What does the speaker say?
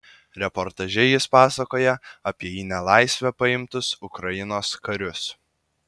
reportaže jis pasakoja apie į nelaisvę paimtus ukrainos karius